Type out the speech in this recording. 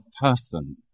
person